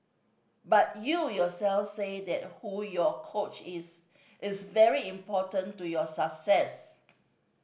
but you yourself said that who your coach is is very important to your success